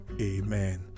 Amen